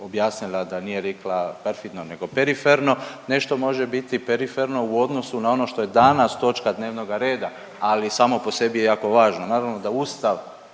objasnila, da nije rekla perfidno, nego periferno. Nešto može biti periferno u odnosu na ono što je danas točka dnevnoga reda, ali samo po sebi je jako važno.